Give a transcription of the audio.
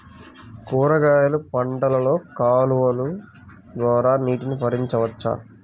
కూరగాయలు పంటలలో కాలువలు ద్వారా నీటిని పరించవచ్చా?